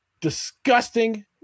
disgusting